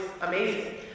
amazing